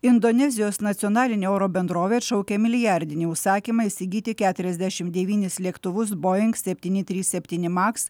indonezijos nacionalinė oro bendrovė atšaukia milijardinį užsakymą įsigyti keturiasdešim devynis lėktuvus boeing septyni trys septyni maks